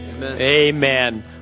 Amen